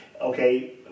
okay